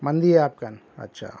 مندی آبکن